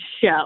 show